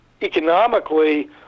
economically